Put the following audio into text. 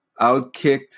outkicked